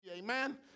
Amen